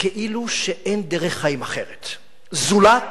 כאילו שאין דרך חיים אחרת זולת,